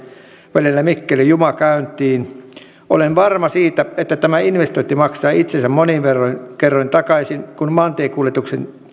välillä mikkeli juva käyntiin olen varma siitä että tämä investointi maksaa itsensä monin kerroin takaisin kun maantiekuljetusten